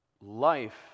life